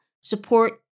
support